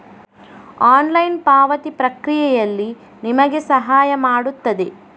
online ಪಾವತಿ ಪ್ರಕ್ರಿಯೆಯಲ್ಲಿ ನಿಮಗೆ ಸಹಾಯ ಮಾಡುತ್ತದೆ